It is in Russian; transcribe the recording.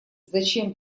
зачем